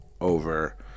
over